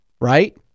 right